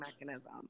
mechanism